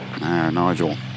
Nigel